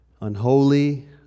unholy